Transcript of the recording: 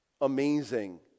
amazing